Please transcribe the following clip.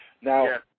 Now